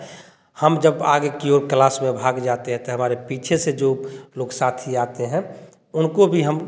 हम जब आगे की ओर क्लास में भाग जाते है त हमारे पीछे से जो लोग साथी आते हैं उनको भी हम